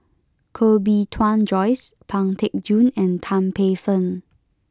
Koh Bee Tuan Joyce Pang Teck Joon and Tan Paey Fern